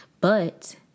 But-